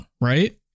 right